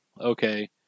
okay